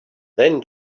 then